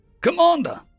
Commander